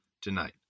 tonight